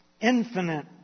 Infinite